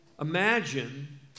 Imagine